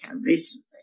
recently